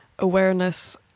awareness